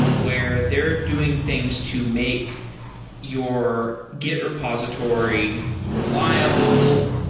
where they're doing things to make your git repository reliable,